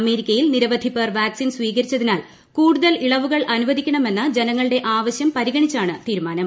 അമേരി ക്കയിൽ നിരവധി പേർ വാക്സിൻ സ്വീകരിച്ചതിനാൽ കൂടുതൽ ഇള വുകൾ അനുവദിക്കണമെന്ന ജനങ്ങളുടെ ആവശ്യം പരിഗണിച്ചാണ് തീരുമാനം